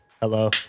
hello